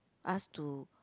us to